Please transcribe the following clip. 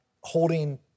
holding